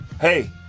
Hey